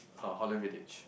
uh Holland-Village